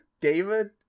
David